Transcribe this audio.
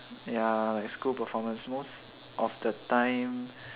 ya school performance most of the time